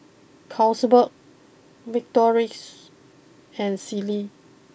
Carlsberg Victorinox and Sealy